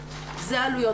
יש לי תמונות,